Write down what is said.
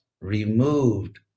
removed